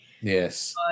Yes